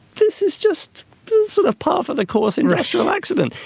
this is just sort of par for the course industrial accident.